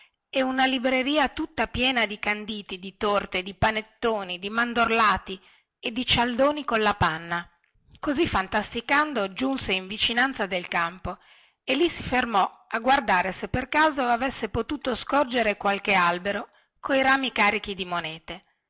e una libreria tutta piena di canditi di torte di panettoni di mandorlati e di cialdoni colla panna così fantasticando giunse in vicinanza del campo e lì si fermò a guardare se per caso avesse potuto scorgere qualche albero coi rami carichi di monete